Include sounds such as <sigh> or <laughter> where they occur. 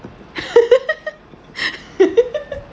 <laughs>